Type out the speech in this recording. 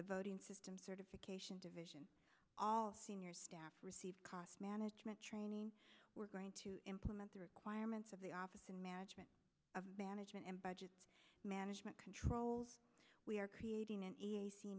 the voting system certification division all senior staff receive cost management training we're going to implement the requirements of the office and management of man and budget management controls we are creating an